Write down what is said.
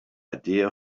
idea